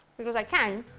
because i can.